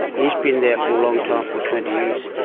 he's been there for a long time, for twenty years.